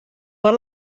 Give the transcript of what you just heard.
per